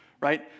right